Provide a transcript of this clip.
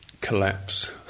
collapse